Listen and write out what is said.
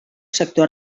sector